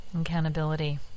accountability